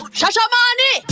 shashamani